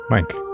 Mike